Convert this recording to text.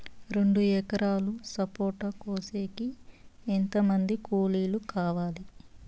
రెండు ఎకరాలు సపోట కోసేకి ఎంత మంది కూలీలు కావాలి?